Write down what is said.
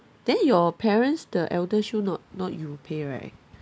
then your parents the eldershield not not you pay right